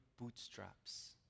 bootstraps